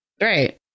Right